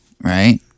right